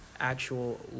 actual